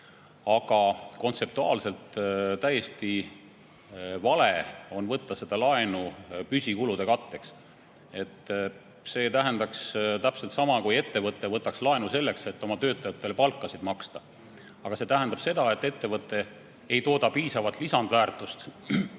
Aga kontseptuaalselt täiesti vale on võtta laenu püsikulude katteks. See tähendaks täpselt sama, kui ettevõtte võtaks laenu selleks, et oma töötajatele palka maksta. Aga see tähendaks seda, et ettevõte ei tooda piisavalt lisandväärtust,